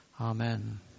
Amen